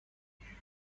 بنزینی